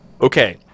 okay